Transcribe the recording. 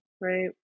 right